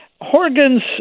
Horgan's